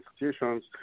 institutions